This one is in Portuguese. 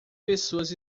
pessoas